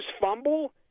fumble